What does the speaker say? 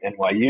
NYU